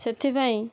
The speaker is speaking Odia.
ସେଥିପାଇଁ